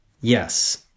Yes